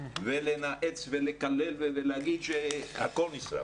לנאץ ולקלל ולהגיד שהכול נשרף,